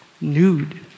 nude